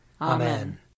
Amen